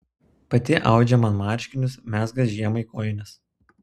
pati audžia man marškinius mezga žiemai kojines